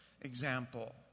example